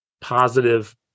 positive